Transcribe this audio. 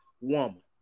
woman